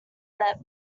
met